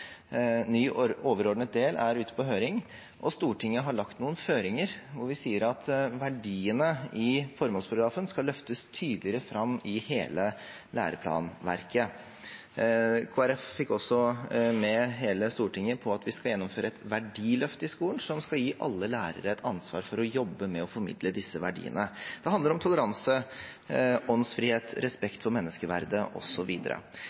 Ny overordnet del er ute på høring, og Stortinget har lagt noen føringer. Vi sier at verdiene i formålsparagrafen skal løftes tydeligere fram i hele læreplanverket. Kristelig Folkeparti fikk også hele Stortinget med på at vi skal gjennomføre et verdiløft i skolen som skal gi alle lærere et ansvar for å jobbe med å formidle disse verdiene. Det handler om toleranse, åndsfrihet,